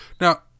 Now